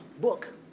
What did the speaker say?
book